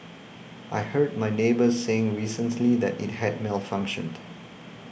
I heard my neighbour saying recently that it had malfunctioned